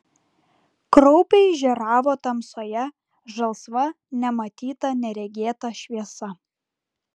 kraupiai žėravo tamsoje žalsva nematyta neregėta šviesa